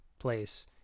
Place